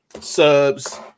subs